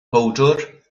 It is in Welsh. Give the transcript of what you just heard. powdwr